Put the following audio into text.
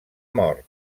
mort